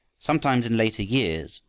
sometimes, in later years,